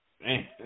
Man